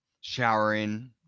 showering